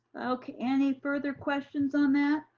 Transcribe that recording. okay, any further questions on that?